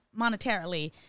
monetarily